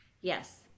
Yes